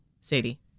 Sadie